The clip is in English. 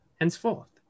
henceforth